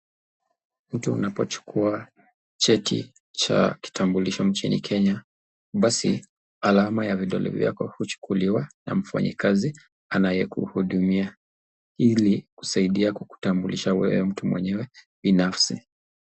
Mtu unapochukua cheti cha kitambulisho nchini kenya basi alama ya vidole vyako huchukuliwa na mfanyakazi anayekuhudumia ili kukusaidia kukutambulisha wewe mtu mwenyewe binafsi.